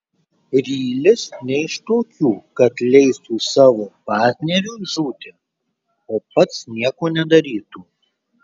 rylis ne iš tokių kad leistų savo partneriui žūti o pats nieko nedarytų